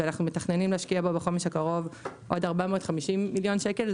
ואנחנו מתכננים להשקיע בו בחומש הקרוב עוד 450 מיליון שקלים.